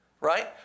right